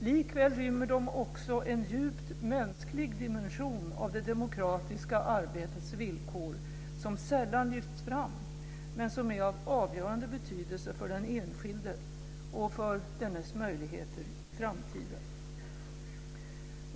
Likväl rymmer de också en djupt mänsklig dimension av det demokratiska arbetets villkor som sällan lyfts fram men som är av avgörande betydelse för den enskilde och för dennes möjligheter i framtiden.